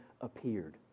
appeared